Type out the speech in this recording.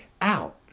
out